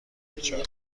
بیچاره